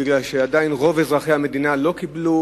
בגלל שעדיין רוב אזרחי המדינה לא קיבלו